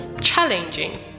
challenging